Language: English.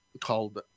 called